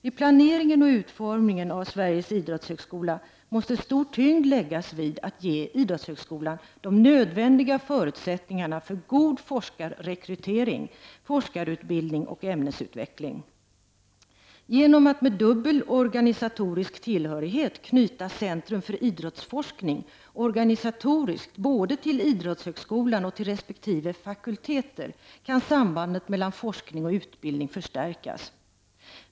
Vid planeringen och utformningen av Sveriges idrottshögskola måste stor tyngd läggas vid att ge idrottshögskolan de nödvändiga förutsättningarna för god forskarrekrytering, forskarutbildning och ämnesutveckling. Genom att med dubbel organisatorisk tillhörighet knyta Centrum för idrottsforskning organisatoriskt både till idrottshögskolan och till resp. fakulteter kan sambandet mellan forskning och utbildning förstärkas.